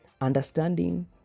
understanding